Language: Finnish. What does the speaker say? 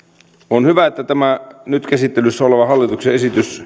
on hyvä että tämä nyt käsittelyssä oleva hallituksen